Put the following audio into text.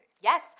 Yes